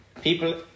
people